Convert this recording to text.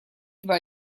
два